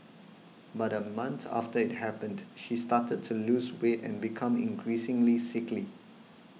but a month after it happened she started to lose weight and became increasingly sickly